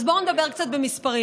אז בואו נדבר קצת במספרים.